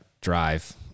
drive